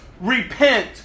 Repent